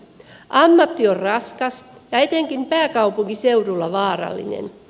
ammatti on raskas ja etenkin pääkaupunkiseudulla vaarallinen